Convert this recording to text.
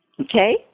Okay